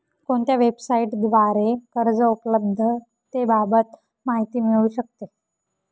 कोणत्या वेबसाईटद्वारे कर्ज उपलब्धतेबाबत माहिती मिळू शकते?